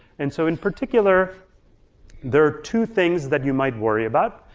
and so in particular there are two things that you might worry about.